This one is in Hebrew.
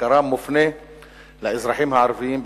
שעיקרם מופנה לאזרחים הערבים,